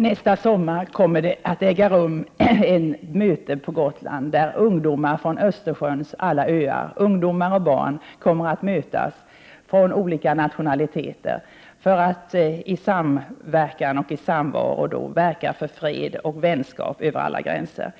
Nästa sommar kommer det att äga rum ett möte på Gotland. Ungdomar och barn av olika nationaliteter och från Östersjöns alla öar kommer att mötas. De skall sedan i samvaro verka för fred och vänskap över alla gränser.